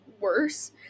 worse